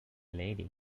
lady